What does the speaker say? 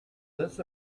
this